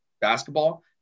basketball